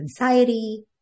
anxiety